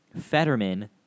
Fetterman